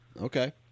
Okay